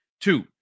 Two